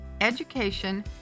education